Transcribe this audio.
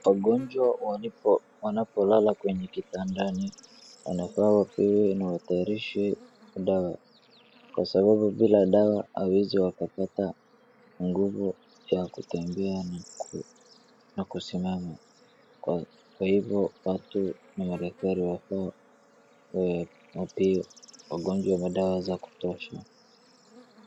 Wagonjwa wanapolala kwenye kitandani, wanafaa wapewe na watayarishiwe dawa, kwa sababu bila dawa hawawezi wakapata nguvu ya kutembea na kusimama. Kwa hivo watu na madaktari hapo wapee wagonjwa madawa za kutosha.